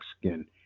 skin